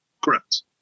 Correct